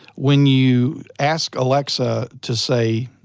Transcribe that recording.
when you ask alexa to say,